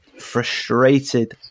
frustrated